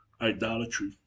idolatry